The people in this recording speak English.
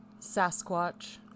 Sasquatch